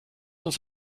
uns